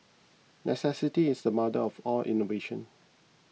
necessity is the mother of all innovation